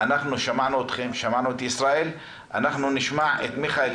אנחנו שמענו את ישראל ונשמע את מיכאל.